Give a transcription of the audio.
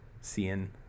seeing